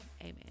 amen